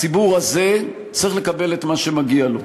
הציבור הזה צריך לקבל את מה שמגיע לו.